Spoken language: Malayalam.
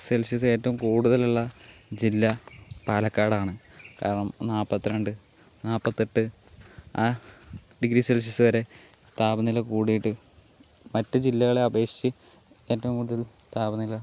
സെൽഷ്യസ് ഏറ്റവും കൂടുതൽ ഉള്ള ജില്ല പാലക്കാടാണ് കാരണം നാല്പത്തിരണ്ട് നാല്പത്തെട്ട് ഡിഗ്രി സെൽഷ്യസ് വരെ താപനില കൂടിയിട്ട് മറ്റു ജില്ലകളെ അപേക്ഷിച്ച് ഏറ്റവും കൂടുതൽ താപനില